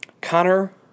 Connor